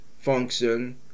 function